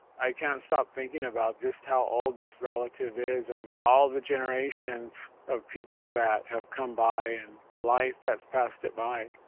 i can't stop thinking about just how old this relative is and all the generations of people that have come by and life that's passed it by.